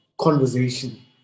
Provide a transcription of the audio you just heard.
conversation